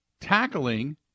tackling